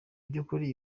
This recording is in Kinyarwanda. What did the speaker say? byukuri